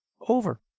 over